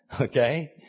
okay